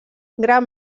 gran